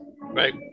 Right